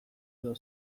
edo